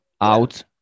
out